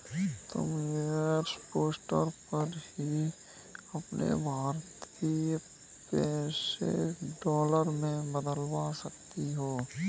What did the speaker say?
तुम एयरपोर्ट पर ही अपने भारतीय पैसे डॉलर में बदलवा सकती हो